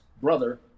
brother